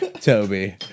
Toby